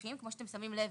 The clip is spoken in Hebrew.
נכים כמו שאתם שמים לב,